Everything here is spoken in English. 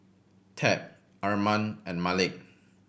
Tab Armand and Malik